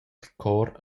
chor